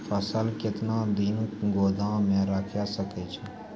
फसल केतना दिन गोदाम मे राखै सकै छौ?